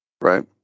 right